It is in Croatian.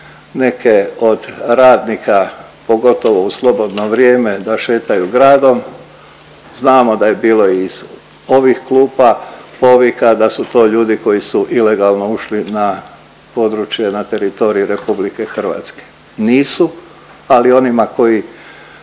neke od radnika, pogotovo u slobodno vrijeme, da šetaju gradom, znamo da je bilo iz ovih klupa, povika da su to ljudi koji su ilegalno ušli na područje, na teritorij RH. Nisu, ali onima koji